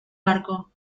barco